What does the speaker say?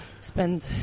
spend